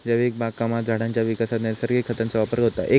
जैविक बागकामात झाडांच्या विकासात नैसर्गिक खतांचो वापर होता